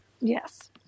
Yes